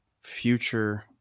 future